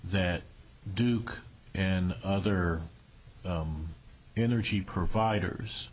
that duke and other energy providers